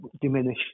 diminish